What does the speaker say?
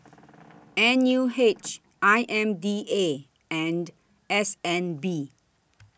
N U H I M D A and S N B